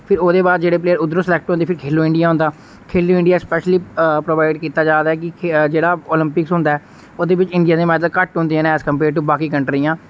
फिर ओह्दे बाद जेह्ड़े प्लेयर उद्धरूं सलैक्ट होंदे फिर खेलो इंडिया होंदा खेलो इंडिया स्पैशयली प्रोवाइड कीत्ता जा दा कि जेह्ड़ा ओलंपिक्स होंदा ऐ ओह्दे बिच इंडिया दी घट होंदी ऐ ऐस कंपेयर टू बाकी कंट्रियां